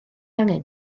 angen